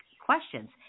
questions